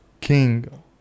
king